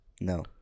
No